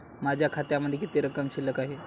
माझ्या खात्यामध्ये किती रक्कम शिल्लक आहे?